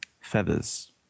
feathers